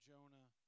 Jonah